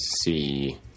see